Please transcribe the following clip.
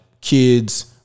kids